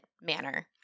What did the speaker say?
manner